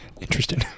Interesting